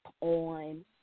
on